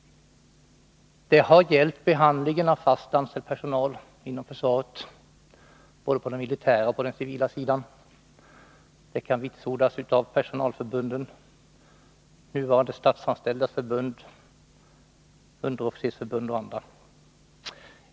Det har gällt behandlingen av fast anställd personal inom försvaret på både dei militära och den civila sidan. Det kan vitsordas av personalförbunden — nuvarande Statsanställdas förbund, Underofficersförbundet och andra.